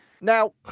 now